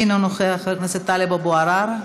אינו נוכח, חבר הכנסת טלב אבו עראר,